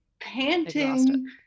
panting